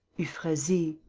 euphrasie.